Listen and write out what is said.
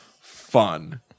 Fun